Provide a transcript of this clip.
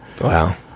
Wow